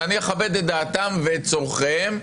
ואני אכבד את דעתם ואת צורכיהם,